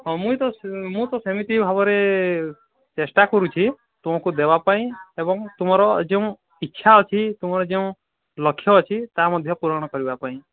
ମୁଇଁ ତା ମୁଁ ତ ସେମିତି ଭାବରେ ଚେଷ୍ଟା କରୁଛି ତୁମକୁ ଦେବାପାଇଁ ଏବଂ ତୁମର ଯେଉଁ ଇଛା ଅଛି ତୁମର ଯେଉଁ ଲକ୍ଷ୍ୟ ଅଛି ତା ମଧ୍ୟ ପୂରଣ କରିବା ପାଇଁ